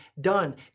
done